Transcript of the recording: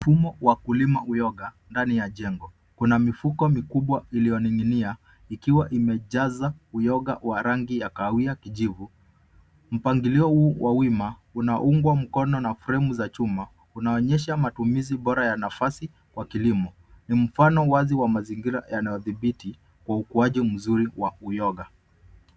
Mfumo wa kulima uyoga ndani ya jengo. Kuna mifuko mikubwa iliyoning'inia ikiwa imejaza uyoga wa rangi ya kahawia kijivu. Mpangilio huu wa wima unaungwa mkono na fremu za chuma. Unaonyesha matumizi bora ya nafasi wa kilimo. Ni mfano wazi wa mazingira yanayodhibiti kwa ukuaji mzuri wa uyoga.